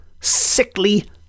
sickly